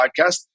podcast